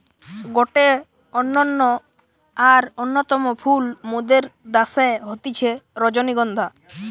গটে অনন্য আর অন্যতম ফুল মোদের দ্যাশে হতিছে রজনীগন্ধা